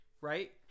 right